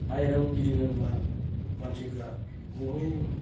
बायहेरायाव गिदिङोबा मानसिफ्रा बहुद